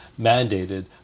mandated